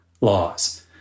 laws